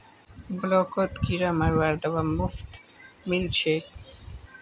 ब्लॉकत किरा मरवार दवा मुफ्तत मिल छेक